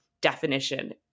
definition